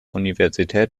universität